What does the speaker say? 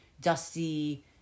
dusty